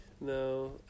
no